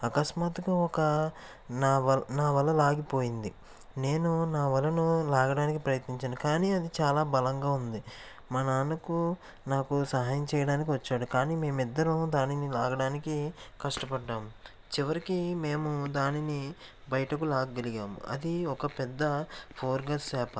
ఆకస్మాత్తుగా ఒక నావల నా వల లాగిపోయింది నేను నా వలను లాగడానికి ప్రయత్నించాను కానీ అది చాలా బలంగా ఉంది మా నాన్నకు నాకు సహాయం చేయడానికి వచ్చాడు కానీ మేమిద్దరం దానిని లాగడానికి కష్టపడ్డాము చివరికి మేము దానిని బయటకు లాగగలిగాము అది ఒక పెద్ద పోర్గస్ చేప